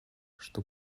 что